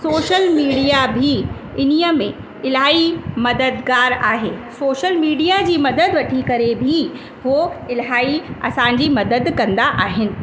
social media बि इन्हीअ में इलाही मददगार आहे सोशल मीडिया जी मदद वठी करे बि हो इलाही असांजी मदद कंदा आहिनि